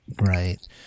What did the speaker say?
Right